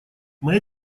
моя